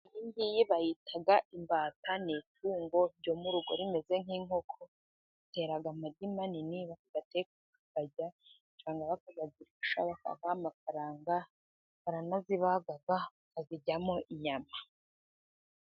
Iyi ngiyi bayita imbata. ni itungo ryo mu rugo rimeze nk'inkoko, ritera amagi manini, bakayateka bakayarya cyangwa bakayagurisha bakabaha amafaranga. baranazibaga bakaziryamo inyama.